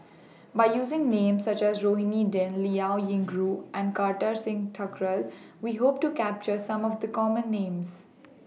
By using Names such as Rohani Din Liao Yingru and Kartar Singh Thakral We Hope to capture Some of The Common Names